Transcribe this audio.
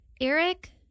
Eric